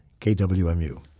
KWMU